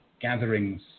gatherings